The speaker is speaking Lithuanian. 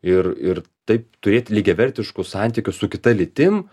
ir ir taip turėt lygiavertiškus santykius su kita lytim